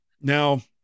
now